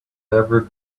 never